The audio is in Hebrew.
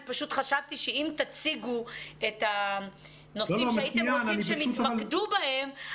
אני פשוט חשבתי שאם תציגו את הנושאים שהייתם רוצים שהם יתמקדו בהם,